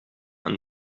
een